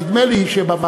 נדמה לי שבוועדה.